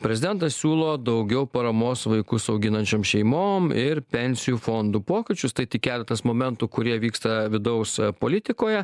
prezidentas siūlo daugiau paramos vaikus auginančioms šeimom ir pensijų fondų pokyčius tai tik keletas momentų kurie vyksta vidaus politikoje